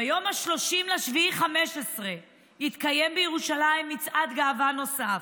ביום 30 ביולי 2015 התקיים בירושלים מצעד גאווה נוסף,